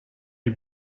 die